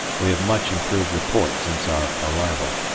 we have much improved the port since our arrival.